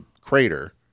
crater